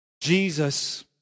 Jesus